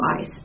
eyes